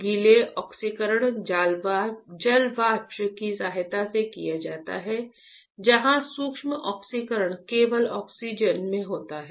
गीला ऑक्सीकरण जलवाष्प की सहायता से किया जाता है जहां शुष्क ऑक्सीकरण केवल ऑक्सीजन में होता है